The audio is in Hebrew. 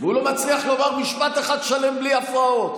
הוא לא מצליח לומר משפט אחד שלם בלי הפרעות,